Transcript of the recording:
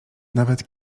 nawet